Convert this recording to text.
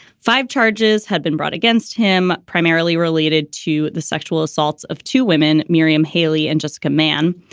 five charges had been brought against him, primarily related to the sexual assaults of two women. miriam, hayley and just command.